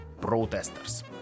Protesters